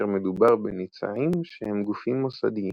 כאשר מדובר בניצעים שהם גופים מוסדיים.